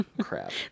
crap